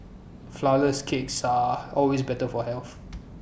Flourless Cakes are always better for health